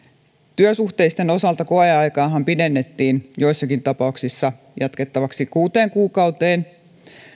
työsuhteisten osaltahan koeaikaa pidennettiin joissakin tapauksissa jatkettavaksi kuuteen kuukauteen